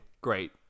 great